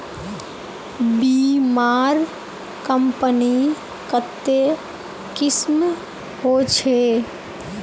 बीमार कंपनी कत्ते किस्म होछे